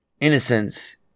Innocence